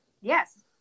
Yes